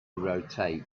rotate